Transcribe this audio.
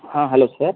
ಹಾಂ hello sir